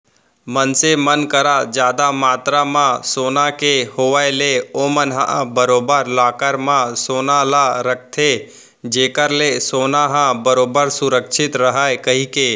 मनसे मन करा जादा मातरा म सोना के होय ले ओमन ह बरोबर लॉकर म सोना ल रखथे जेखर ले सोना ह बरोबर सुरक्छित रहय कहिके